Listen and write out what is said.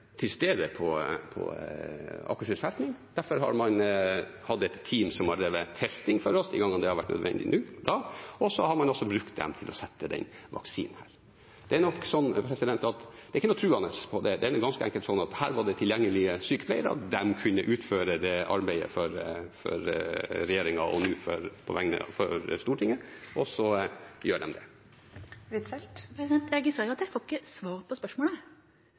til stede på Akershus festning. Derfor har man hatt et team som har drevet testing for oss de gangene det har vært nødvendig, og så har man altså brukt dem til å sette vaksinen. Det er nok sånn at det ikke er noe truende. Det er ganske enkelt sånn at her var det tilgjengelige sykepleiere, de kunne utføre det arbeidet for regjeringen og nå for Stortinget, og så gjør de det. Anniken Huitfeldt – til oppfølgingsspørsmål. Jeg registrerer at jeg ikke får svar på spørsmålet.